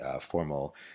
formal